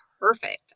Perfect